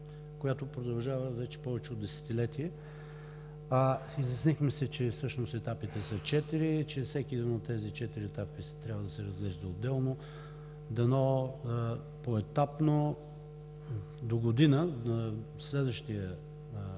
която продължава повече от десетилетие. Изяснихме си, че етапите са четири, че всеки един от тези четири етапи трябва да се разглежда отделно. Дано поетапно догодина, на следващия